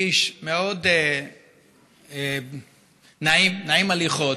איש מאוד נעים הליכות,